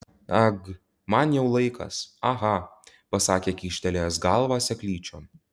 ag man jau laikas aha pasakė kyštelėjęs galvą seklyčion